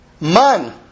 man